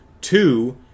Two